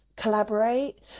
collaborate